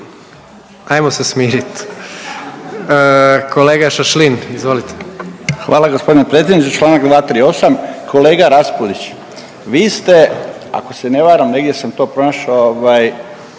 ajmo se smirit. Kolega Šašlin, izvolite. **Šašlin, Stipan (HDZ)** Hvala gospodine predsjedniče. Članak 238., kolega Raspudić, vi ste ako se ne varam negdje sam to pronašao